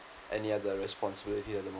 any other responsibility at the moment